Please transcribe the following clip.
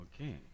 Okay